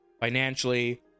financially